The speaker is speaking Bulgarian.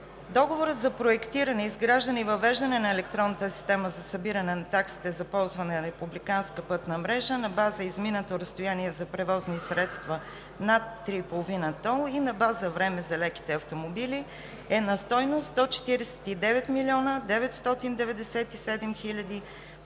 Договорът за проектиране, изграждане и въвеждане на електронната система за събиране на таксите за ползване на републиканската пътна мрежа на база изминато разстояние за превозни средства над 3,5 тона и на база време за леките автомобили, е на стойност 149 млн. 997 хил.